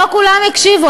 לא כולם הקשיבו.